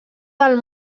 del